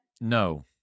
No